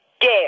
dare